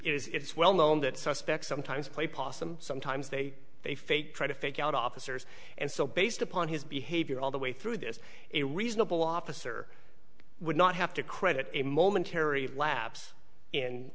is it's well known that suspects sometimes play possum sometimes they they fake try to fake out officers and so based upon his behavior all the way through this a reasonable officer would not have to credit a momentary laps